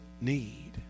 need